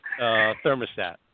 thermostat